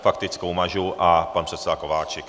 Faktickou mažu a pan předseda Kováčik.